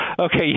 Okay